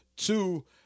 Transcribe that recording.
Two